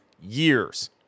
years